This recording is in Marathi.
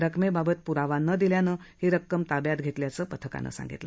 रक्कमेबाबत प्रावा न दिल्यानं ही रक्कम ताब्यात घेतल्याचं पथकानं सांगितलं